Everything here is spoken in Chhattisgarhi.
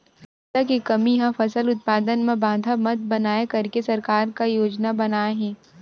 पईसा के कमी हा फसल उत्पादन मा बाधा मत बनाए करके सरकार का योजना बनाए हे?